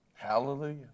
Hallelujah